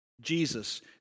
Jesus